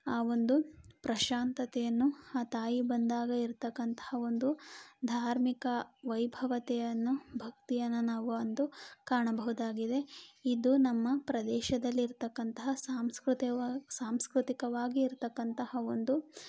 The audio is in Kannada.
ಆ ಒಂದು ಪ್ರಶಾಂತತೆಯನ್ನು ಆ ತಾಯಿ ಬಂದಾಗ ಇರತಕ್ಕಂಥ ಒಂದು ಧಾರ್ಮಿಕ ವೈಭವತೆಯನ್ನು ಭಕ್ತಿಯನ್ನು ನಾವು ಅಂದು ಕಾಣಬಹುದಾಗಿದೆ ಇದು ನಮ್ಮ ಪ್ರದೇಶದಲ್ಲಿ ಇರತಕ್ಕಂತಹ ಸಾಂಸ್ಕೃತಿವಾ ಸಾಂಸ್ಕೃತಿಕವಾಗಿ ಇರತಕ್ಕಂತಹ ಒಂದು